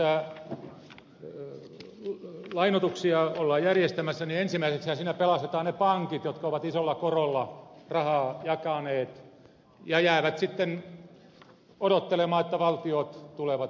kun näitä lainoituksia ollaan järjestämässä niin ensimmäiseksihän siinä pelastetaan ne pankit jotka ovat isolla korolla rahaa jakaneet ja jäävät sitten odottelemaan että valtiot tulevat väliin